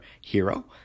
hero